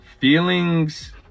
feelings